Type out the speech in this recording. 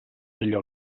allò